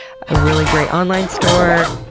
a really great online store,